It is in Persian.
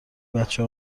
بچه